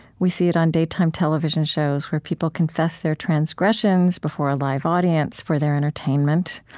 we see it on daytime television shows where people confess their transgressions before a live audience for their entertainment.